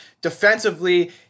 Defensively